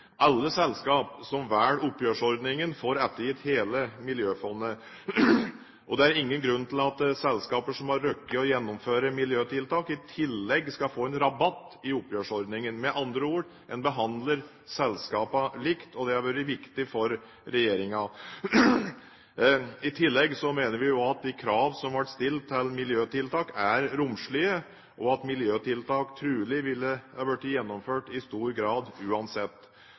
Alle selskaper som velger oppgjørsordningen, får ettergitt hele miljøfondet, og det er ingen grunn til at selskaper som har rukket å gjennomføre miljøtiltak, i tillegg skal få en rabatt i oppgjørsordningen. Med andre ord: En behandler selskapene likt, og det har vært viktig for regjeringen. I tillegg mener vi jo at de krav som ble stilt til miljøtiltak, er romslige, og at miljøtiltak trolig ville blitt gjennomført i stor grad uansett.